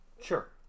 Sure